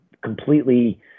completely